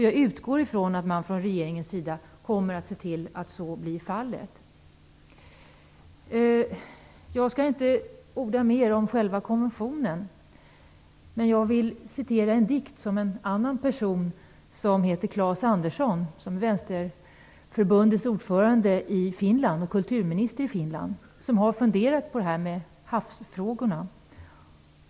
Jag utgår från att man från regeringens sida kommer att se till att så blir fallet. Jag skall inte orda mer om själva konventionen, men jag vill citera en dikt som en person som heter Claes Andersson har skrivit. Han är ordförande för Vänsterförbundet i Finland och Finlands kulturminister. Han har funderat på havsfrågorna.